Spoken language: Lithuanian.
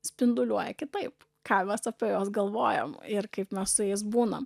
spinduliuoja kitaip ką mes apie juos galvojam ir kaip nors su jais būnam